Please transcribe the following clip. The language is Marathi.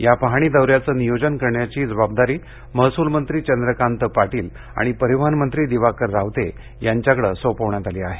या पाहणी दौऱ्याचे नियोजन करण्याची जबाबदारी महसूलमंत्री चंद्रकांत पाटील आणि परिवहनमंत्री दिवाकर रावते यांच्याकडे सोपविली आहे